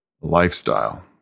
Lifestyle